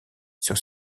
sur